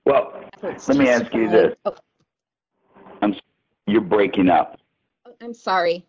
well let me ask you this you're breaking up i'm sorry